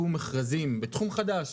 מכרזים בתחום חדש,